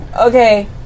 Okay